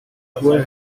poor